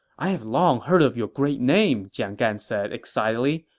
i have long heard of your great name, jiang gan said excitedly.